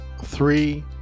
three